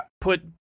put